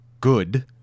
good